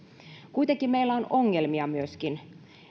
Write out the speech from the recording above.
kuitenkin meillä on myöskin ongelmia